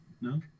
No